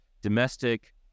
domestic